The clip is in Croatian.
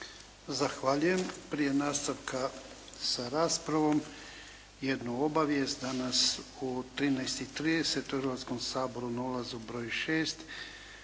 Zahvaljujem. Prije nastavak sa raspravom, jedna obavijest. Danas u 13,30 u Hrvatskom saboru na ulazu broj 6,